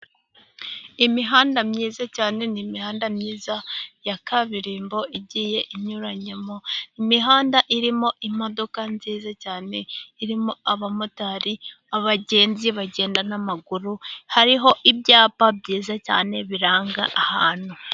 Imihanda myiza cyane ni imihanda myiza ya kaburimbo igiye inyuranyemo, imihanda irimo imodoka nziza cyane irimo abamotari ,abagenzi bagenda n'amaguru ,hariho ibyapa byiza cyane biranga ahantu.